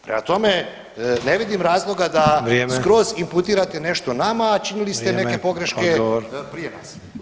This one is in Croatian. Prema tome, ne vidim razloga da [[Upadica: Vrijeme.]] skroz imputirate nešto nama [[Upadica: Vrijeme.]] a činili ste neke pogreške [[Upadica: Odgovor.]] prije nas.